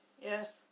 Yes